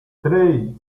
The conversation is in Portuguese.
três